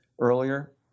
earlier